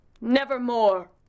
nevermore